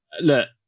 look